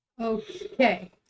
Okay